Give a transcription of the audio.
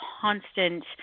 constant